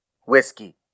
Whiskey